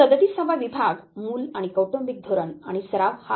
37 वा विभाग मूल आणि कौटुंबिक धोरण आणि सराव हा आहे